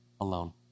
alone